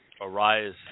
arise